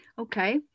okay